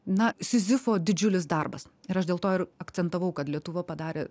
na sizifo didžiulis darbas ir aš dėl to ir akcentavau kad lietuva padarė